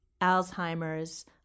Alzheimer's